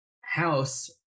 house